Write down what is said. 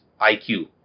IQ